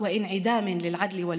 להלן תרגומם: כן,